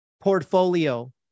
portfolio